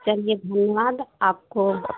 चलिए धन्यवाद आपको